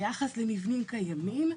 ביחס למבנים קיימים,